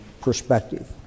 perspective